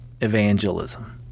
evangelism